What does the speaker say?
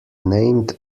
named